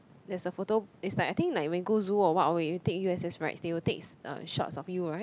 there's a photo it's like I think like when you go zoo or what when you go u_s_s rides they will take uh shots of your [right]